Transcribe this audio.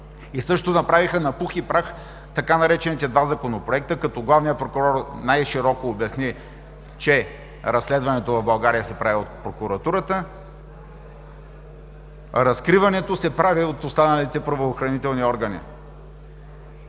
и също направиха на пух и прах така наречените „два законопроекта“, като главният прокурор най-широко обясни, че разследването в България се прави от прокуратурата, а разкриването се прави от останалите правоохранителни органи.